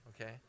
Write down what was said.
Okay